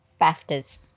BAFTAs